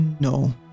no